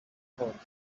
hot